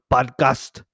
Podcast